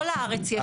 בכל הארץ יש עלייה.